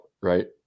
right